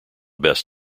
best